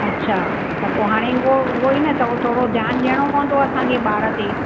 अच्छा त पोइ हाणे उहो उहो ई न त उहो थोरो ध्यानु ॾियणो पवंदो असांखे ॿार ते